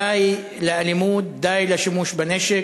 די לאלימות, די לשימוש בנשק.